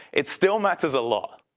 it still matters a lot.